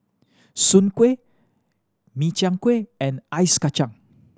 soon kway Min Chiang Kueh and Ice Kachang